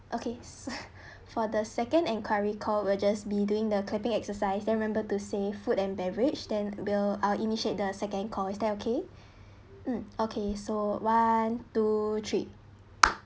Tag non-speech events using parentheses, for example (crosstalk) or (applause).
okay se~ (laughs) for the second enquiry call we'll just be doing the clapping exercise then remember to say food and beverage than we'll I'll initiate the second call is that okay mm okay so one two three